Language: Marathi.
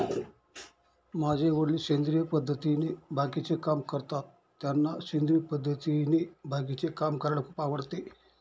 माझे वडील सेंद्रिय पद्धतीने बागेचे काम करतात, त्यांना सेंद्रिय पद्धतीने बागेचे काम करायला खूप आवडते